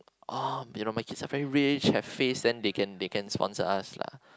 oh you know my kids are very rich have face then they can they can sponsor us lah